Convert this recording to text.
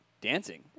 dancing